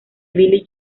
billy